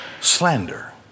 slander